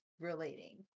relating